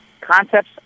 concepts